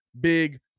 big